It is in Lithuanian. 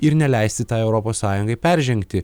ir neleisti tai europos sąjungai peržengti